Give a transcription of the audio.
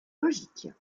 logique